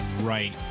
right